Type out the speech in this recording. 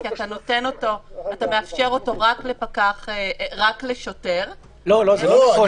כי אתה מאפשר אותו רק לשוטר --- זה לא נכון,